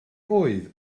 oedd